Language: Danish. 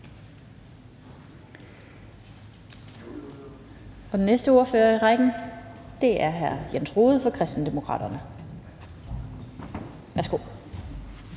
Og den næste ordfører i rækken er hr. Jens Rohde fra Kristendemokraterne. Værsgo.